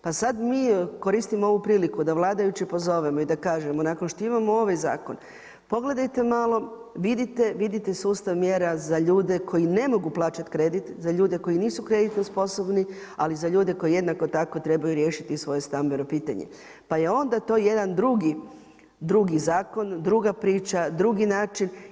Pa sada mi koristimo ovu priliku da vladajuće pozovemo i da kažemo nakon što imamo ovaj zakon pogledajte malo, vidite, vidite sustav mjera za ljude koji ne mogu plaćati kredit, za ljude koji nisu kreditno sposobni ali za ljude koji jednako tako trebaju riješiti svoje stambeno pitanje pa je onda to jedan drugi zakon, druga priča, drugi način.